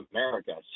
America